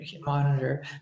monitor